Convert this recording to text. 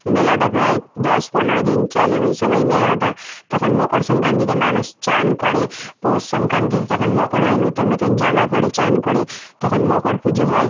মেলাটা প্রায় দশ পনেরো দিন চলে ওই সময়ের মেলাটা তখন মকর সংক্রান্তিতে মানুষ চান করে পৌষ সংক্রান্তিতে তখন মকর হয় নতুন নতুন জামা পরে চান করে তখন মকর পুজো হয়